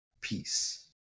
Peace